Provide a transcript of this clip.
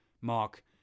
Mark